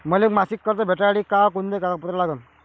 मले मासिक कर्ज भेटासाठी का कुंते कागदपत्र लागन?